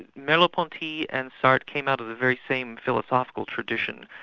and merleau-ponty and sartre came out of the very same philosophical tradition,